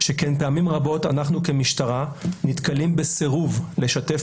שכן פעמים רבות אנחנו כמשטרה נתקלים בסירוב לשתף